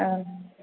ಆಂ